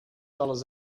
dollars